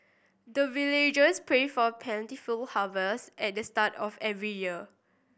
the villagers pray for plentiful harvest at the start of every year